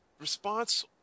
response